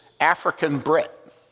African-Brit